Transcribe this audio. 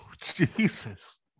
Jesus